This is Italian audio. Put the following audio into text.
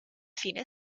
fine